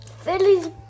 Phillies